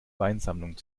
weinsammlung